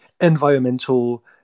environmental